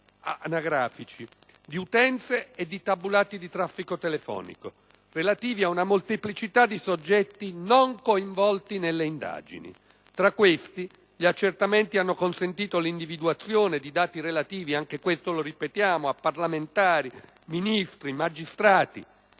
anagrafici, di utenze e di tabulati di traffico telefonico, relativi a una molteplicità di soggetti non coinvolti nelle indagini. Tra questi, gli accertamenti hanno consentito l'individuazione - anche questo lo ripetiamo - di dati relativi a parlamentari, ministri, magistrati,